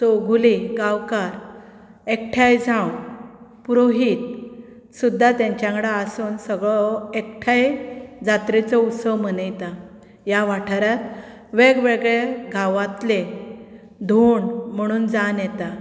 चौगुले गांवकार एकठांय जावन पुरोहीत सुद्दां तांच्या वांगडा आसून सगळो हो एकठांय जात्रेचो उत्सव मनयतात ह्या वाठारांत वेगवेगळे गांवांतलें धोंड म्हणून जावन येतात